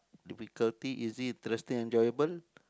difficulty easy interesting enjoyable